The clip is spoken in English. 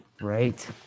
Right